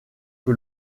que